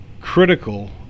critical